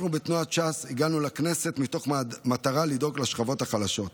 אנחנו בתנועת ש"ס הגענו לכנסת מתוך מטרה לדאוג לשכבות החלשות,